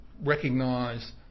recognise